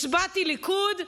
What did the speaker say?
הצבעתי ליכוד,